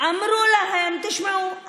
אמרו להם: תשמעו,